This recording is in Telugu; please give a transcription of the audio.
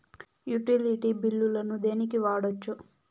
యుటిలిటీ బిల్లులను దేనికి వాడొచ్చు?